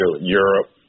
Europe